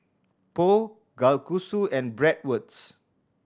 Pho Kalguksu and Bratwurst